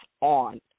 on